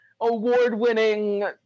award-winning